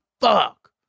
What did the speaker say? Fuck